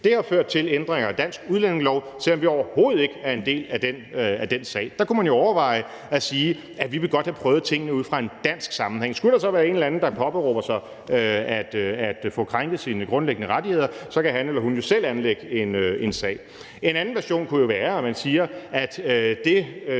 Det har ført til ændringer af dansk udlændingelov, selv om vi overhovedet ikke er en del af den sag. Der kunne man jo overveje at sige, at vi godt vil have prøvet tingene ud fra en dansk sammenhæng. Skulle der så være en eller anden, der påberåber sig at have fået krænket sine grundlæggende rettigheder, kan han eller hun jo selv anlægge en sag. En anden version kunne jo være, at man siger, at det